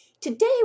Today